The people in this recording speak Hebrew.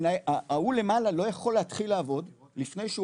ההוא למעלה לא יכול להתחיל לעבוד לפני שהוא